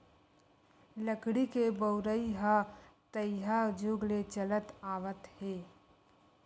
लकड़ी के बउरइ ह तइहा जुग ले चलत आवत हे